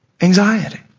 anxiety